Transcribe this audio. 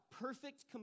perfect